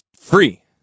free